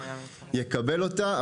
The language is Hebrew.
יקבל אותה,